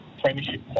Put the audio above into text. premiership